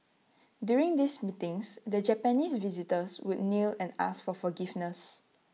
during these meetings the Japanese visitors would kneel and ask for forgiveness